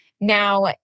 now